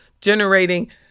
generating